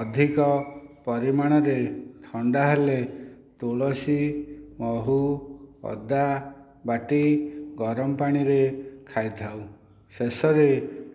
ଅଧିକ ପରିମାଣରେ ଥଣ୍ଡା ହେଲେ ତୁଳସୀ ମହୁ ଅଦା ବାଟି ଗରମ ପାଣିରେ ଖାଇଥାଉ ଶେଷରେ